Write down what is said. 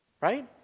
right